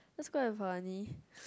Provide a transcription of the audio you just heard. that's quite funny